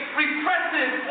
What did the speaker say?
repressive